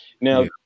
Now